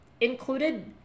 included